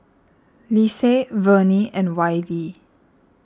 Lise Vernie and Wylie